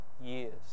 years